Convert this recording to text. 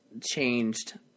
changed